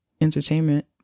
Entertainment